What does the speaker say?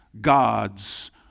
God's